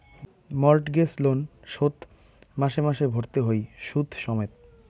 mortgage loan শোধ মাসে মাসে ভরতে হই শুধ সমেত